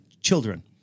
children